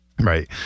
Right